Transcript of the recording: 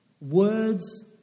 Words